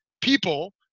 people